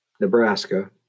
nebraska